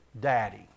daddy